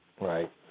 right